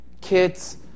kids